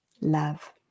love